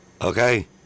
Okay